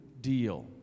deal